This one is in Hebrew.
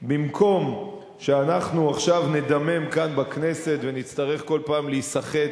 במקום שאנחנו עכשיו נדמם כאן בכנסת ונצטרך כל פעם להיסחט